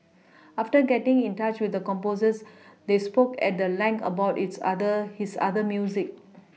after getting in touch with the composers they spoke at the length about its other his other music